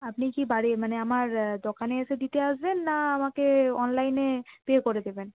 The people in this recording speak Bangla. আপনি কি বাড়ি মানে আমার দোকানে এসে দিতে আসবেন না আমাকে অনলাইনে পে করে দেবেন